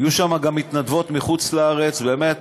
היו שם גם מתנדבות מחוץ-לארץ, באמת,